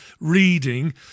reading